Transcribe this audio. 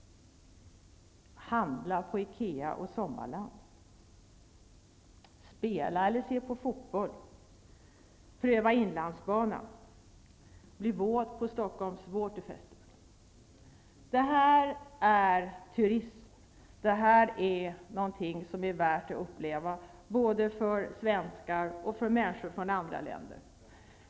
Handla på IKEA och Sommarland. Spela eller se på fotboll. Pröva inlandsbanan. Bli våt på Det här är turism. Det här är någonting som är värt att uppleva både för svenskar och för människor från andra länder.